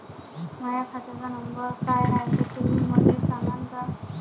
माह्या खात्याचा नंबर काय हाय हे तुम्ही मले सागांन का?